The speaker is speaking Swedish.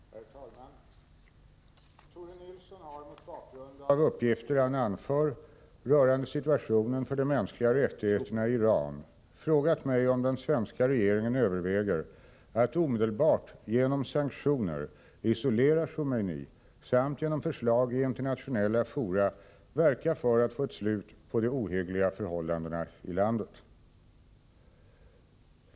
Herr talman! Tore Nilsson har mot bakgrund av uppgifter han anför rörande situationen för de mänskliga rättigheterna i Iran frågat mig om den svenska regeringen överväger att omedelbart genom sanktioner isolera Khomeini samt genom förslag i internationella fora verka för att få ett slut på de ohyggliga förhållandena i landet.